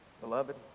Beloved